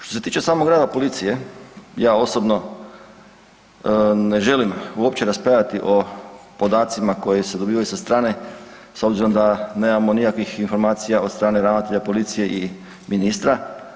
Što se tiče samog rada policije ja osobno ne želim uopće raspravljati o podacima koji se dobivaju sa strane s obzirom da nemamo nikakvih informacija od strane ravnatelja policije i ministra.